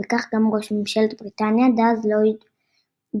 וכך גם ראש ממשלת בריטניה דאז לויד ג'ורג'.